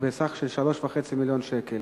בסך של 3.5 מיליון שקל.